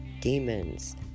demons